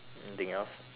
anything else